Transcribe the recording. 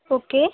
okay